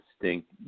distinct